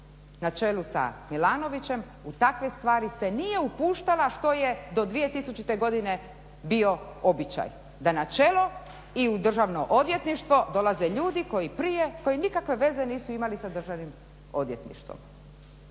na čelu sa Milanovićem u takve stvari se nije upuštala što je u 2000.godine bio običaj da na čelo i u Državno odvjetništvo dolaze ljudi koji nikakve veze nisu imali sa Državnim odvjetništvom.